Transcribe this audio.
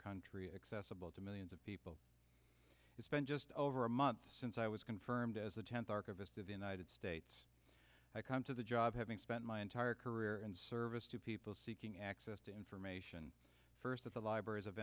country accessible to millions of people who spent just over a month since i was confirmed as the tenth archivist of the united states to come to the job having spent my entire career and served two people seeking access to information first at the libraries of